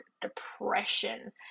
depression